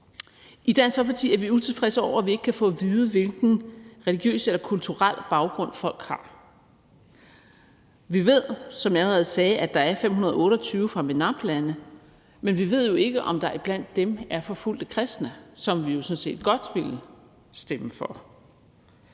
I Dansk Folkeparti er vi utilfredse med, at vi ikke kan få at vide, hvilken religiøs eller kulturel baggrund folk har. Vi ved, som jeg allerede sagde, at der er 528 fra MENAPT-lande, men vi ved jo ikke, om der iblandt dem er forfulgte kristne, som vi sådan set godt ville stemme for.